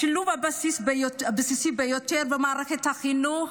השילוב הבסיסי ביותר הוא במערכת החינוך.